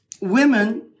Women